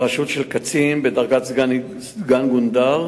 בראשות קצין בדרגת סגן גונדר,